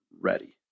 ready